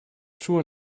true